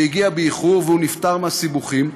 היא הגיעה באיחור, והוא נפטר מהסיבוכים.